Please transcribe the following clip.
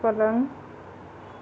पलंग